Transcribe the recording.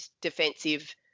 defensive